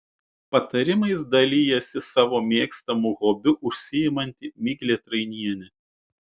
patarimais dalijasi savo mėgstamu hobiu užsiimanti miglė trainienė